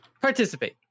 participate